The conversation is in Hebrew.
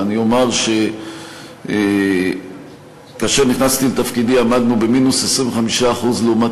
ואני אומר שכאשר נכנסתי לתפקידי עמדנו במינוס 25% לעומת